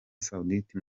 saudite